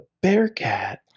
Bearcat